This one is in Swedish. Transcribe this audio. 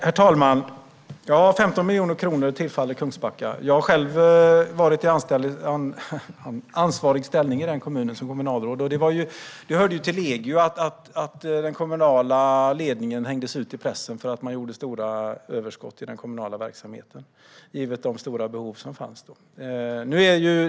Herr talman! Ja, 15 miljoner kronor tillfaller Kungsbacka. Jag har själv varit i ansvarig ställning i den kommunen som kommunalråd. Det hörde till att den kommunala ledningen hängdes ut i pressen för att man gjorde stora överskott i den kommunala verksamheten, givet de stora behov som fanns då.